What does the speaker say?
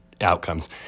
outcomes